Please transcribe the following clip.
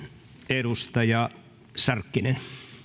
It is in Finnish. edustaja sarkkinen